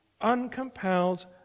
uncompelled